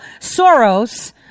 Soros